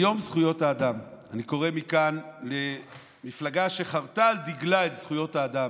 ביום זכויות האדם אני קורא מכאן למפלגה שחרתה על דגלה את זכויות האדם,